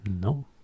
No